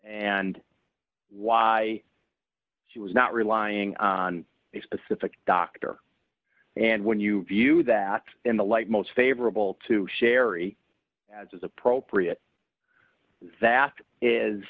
and why she was not relying on a specific doctor and when you view that in the light most favorable to sherry as is appropriate that is